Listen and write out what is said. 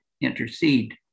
intercede